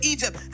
Egypt